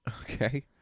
Okay